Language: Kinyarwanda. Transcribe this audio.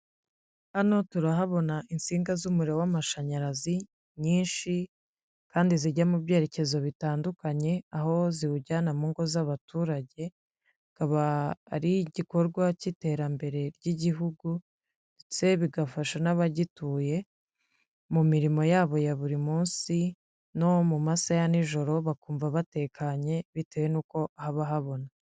Hano turahabona insinga z'umuriro w'amashanyarazi, nyinshi kandi zijya mu byerekezo bitandukanye aho ziwujyana mu ngo z'abaturage, akaba ari igikorwa cy'iterambere ry'igihugu ndetse bigafasha n'abagituye mu mirimo yabo ya buri munsi, no mu masaha ya n'ijoro bakumva batekanye bitewe n'uko habona.